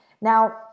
Now